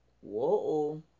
Whoa